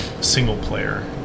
single-player